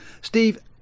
Steve